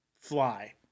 fly